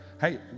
Hey